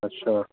अच्छा